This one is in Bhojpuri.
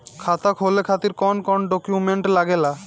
खाता खोले खातिर कौन कौन डॉक्यूमेंट लागेला?